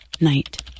night